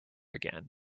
again